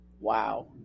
Wow